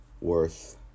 worth